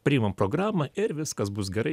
priimam programą ir viskas bus gerai